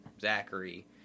Zachary